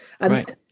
Right